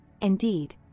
indeed